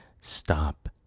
Stop